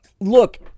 look